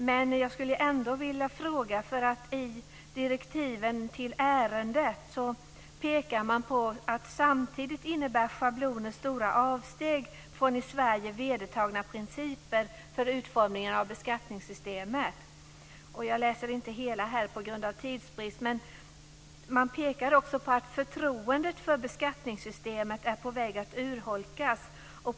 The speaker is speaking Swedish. Men jag skulle ändå vilja ställa en fråga, därför att i direktivet till ärendet pekar man på att schabloner samtidigt innebär stora avsteg från i Sverige vedertagna principer för utformningen av beskattningssystemet. Jag läser inte upp hela direktivet på grund av tidsbrist, men man pekade också på att förtroendet för beskattningssystemet är på väg att urholkas.